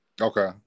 Okay